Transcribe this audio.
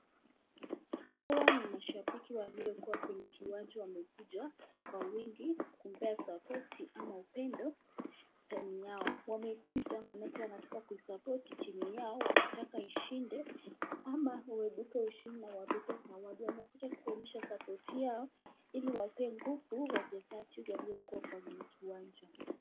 Hawa ni mashabiki waliokuwa kwenye kiwanja wamekuja kwa wingi kupea support ama upendo timu yao. Wamekuja maanake wanataka ku support timu yao wakitaka ishinde ama waebuke ushindi na wabebe zawadi, wamekuja kuonyesha support yao ili wapee nguvu wachezaji waliokuwa kwenye kiwanja.